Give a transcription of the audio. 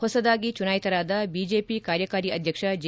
ಹೊಸದಾಗಿ ಚುನಾಯಿತರಾದ ಬಿಜೆಪಿ ಕಾರ್ಯಕಾರಿ ಅಧ್ಯಕ್ಷ ಜೆ